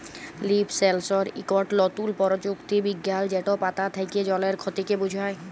leaf সেলসর ইকট লতুল পরযুক্তি বিজ্ঞাল যেট পাতা থ্যাকে জলের খতিকে বুঝায়